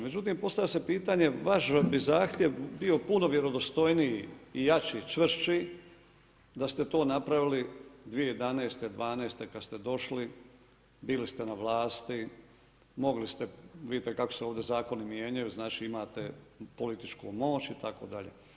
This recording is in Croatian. Međutim, postavlja se pitanja vaš bi zahtjev bio puno vjerodostojniji i jači, čvršći da ste to napravili 2011., 2012. kad ste došli, bili ste na vlasti, mogli ste, vidite kako se ovdje zakoni mijenjaju, znači, imate političku moć itd.